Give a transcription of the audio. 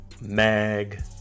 Mag